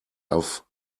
auf